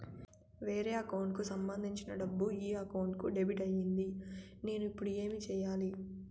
వేరే అకౌంట్ కు సంబంధించిన డబ్బు ఈ అకౌంట్ కు డెబిట్ అయింది నేను ఇప్పుడు ఏమి సేయాలి